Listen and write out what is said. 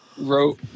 wrote